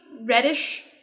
reddish